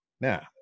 Now